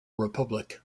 republic